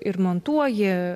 ir montuoji